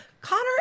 Connor